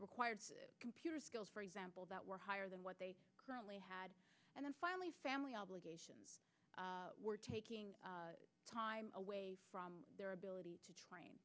required computer skills for example that were higher than what they currently had and finally family obligations were taking time away from their ability to train